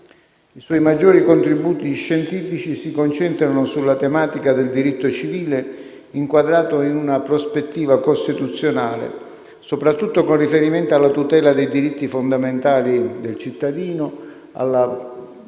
I suoi maggiori contributi scientifici si concentrano sulla tematica del diritto civile inquadrato in una prospettiva costituzionale, soprattutto con riferimento alla tutela dei diritti fondamentali del cittadino, alla